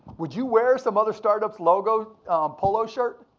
would you wear some other startup's logo polo shirt?